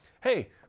hey